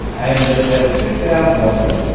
and it has two thousand of them,